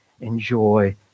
enjoy